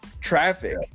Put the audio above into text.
Traffic